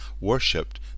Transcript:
worshipped